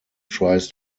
tries